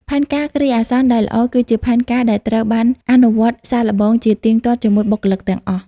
ផែនការគ្រាអាសន្នដែលល្អ គឺជាផែនការដែលត្រូវបាន អនុវត្តសាកល្បង ជាទៀងទាត់ជាមួយបុគ្គលិកទាំងអស់។